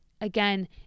again